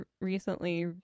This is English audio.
recently